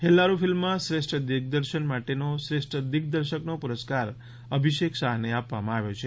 હેલ્લારો ફિલ્મમાં શ્રેષ્ઠ દિગ્દર્શન માટે શ્રેષ્ઠ દિગ્દર્શકનો પુરસ્કાર અભિષેક શાહને આપવામાં આવ્યો છે